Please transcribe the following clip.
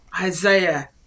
Isaiah